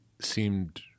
seemed